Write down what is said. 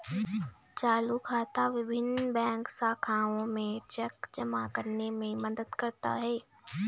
चालू खाता विभिन्न बैंक शाखाओं में चेक जमा करने में मदद करता है